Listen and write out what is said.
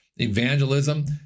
evangelism